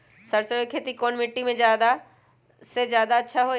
सरसो के खेती कौन मिट्टी मे अच्छा मे जादा अच्छा होइ?